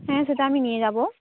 হ্যাঁ সেটা আমি নিয়ে যাবো